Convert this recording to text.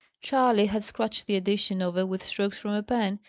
charley had scratched the addition over with strokes from a pen,